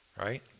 right